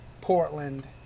Portland